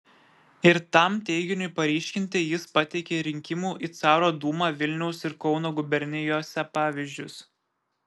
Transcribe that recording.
ir tam teiginiui paryškinti jis pateikė rinkimų į caro dūmą vilniaus ir kauno gubernijose pavyzdžius